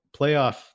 playoff